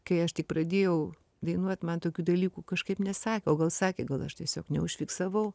kai aš tik pradėjau dainuot man tokių dalykų kažkaip nesak o gal sakė gal aš tiesiog neužfiksavau